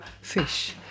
fish